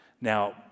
Now